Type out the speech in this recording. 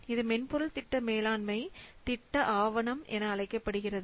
இது மென்பொருள் திட்ட மேலாண்மை திட்ட ஆவணம் என அழைக்கப்படுகிறது